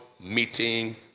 meeting